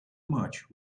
much